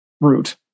route